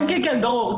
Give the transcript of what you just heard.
כן ברור.